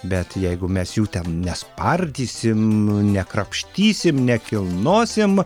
bet jeigu mes jų ten nespardysim nekrapštysim nekilnosim